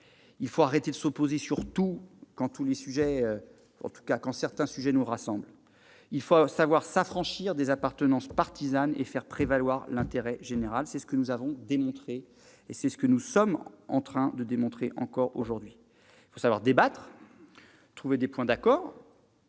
Il faut cesser de s'opposer sur tout, quand certains sujets nous rassemblent. Il faut savoir s'affranchir des appartenances partisanes et faire prévaloir l'intérêt général. C'est ce que nous sommes en train de faire aujourd'hui. Il faut savoir débattre, trouver des points d'accord,